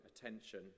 attention